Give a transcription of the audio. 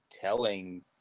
telling